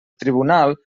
tribunal